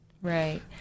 right